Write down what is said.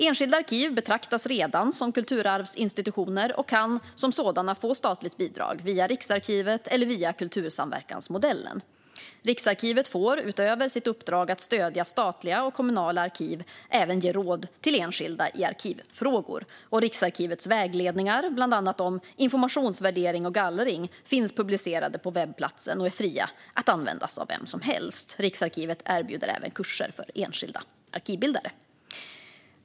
Enskilda arkiv betraktas redan som kulturarvsinstitutioner och kan som sådana få statligt bidrag via Riksarkivet eller via kultursamverkansmodellen. Riksarkivet får utöver sitt uppdrag att stödja statliga och kommunala arkiv även ge råd till enskilda i arkivfrågor. Riksarkivets vägledningar, bland annat om informationsvärdering och gallring, finns publicerade på webbplatsen och är fria att användas av vem som helst. Riksarkivet erbjuder även kurser för enskilda arkivbildare.